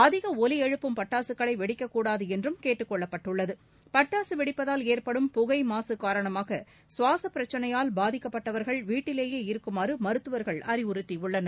அதிக ஒலி எழுப்பும் பட்டாசுகளை வெடிக்கக் கூடாது என்றும் கேட்டுக்கொள்ளப்பட்டுள்ளது பட்டாசு வெடிப்பதால் ஏற்படும் புகை மாசு காரணமாக சுவாச பிரச்சினையால் பாதிக்கப்பட்டவர்கள் வீட்டிலேயே இருக்குமாறு மருத்துவர்கள் அறிவுறுத்தியுள்ளனர்